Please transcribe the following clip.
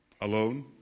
alone